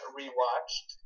rewatched